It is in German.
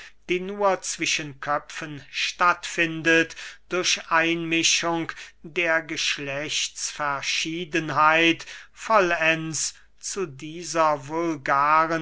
die nur zwischen köpfen statt findet durch einmischung der geschlechtsverschiedenheit vollends zu dieser